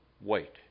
Wait